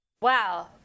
Wow